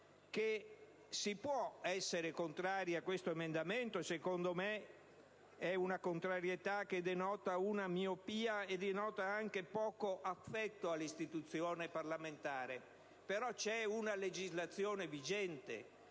si può essere contrari a questo emendamento ma, secondo me, questa contrarietà denota miopia e anche poco affetto all'istituzione parlamentare. C'è però una legislazione vigente